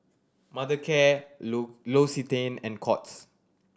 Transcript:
Mothercare L'Occitane and Courts